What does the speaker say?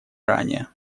ранее